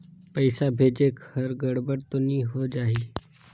पइसा भेजेक हर गड़बड़ तो नि होए जाही?